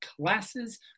classes